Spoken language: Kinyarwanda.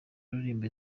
uririmba